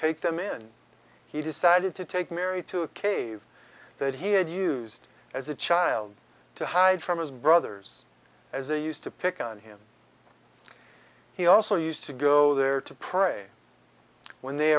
take them in he decided to take mary to a cave that he had used as a child to hide from his brothers as they used to pick on him he also used to go there to pray when they